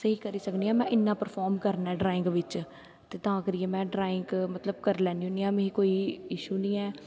स्हेई करी सकनी आं में इन्ना पिरफार्म करना ऐ ड्राईंग बिच्च ते तां करियै में ड्राईंग मतलब करी लैन्नी होन्नी आं मिगी कोई इशू निं ऐ